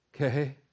Okay